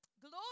Glory